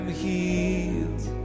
healed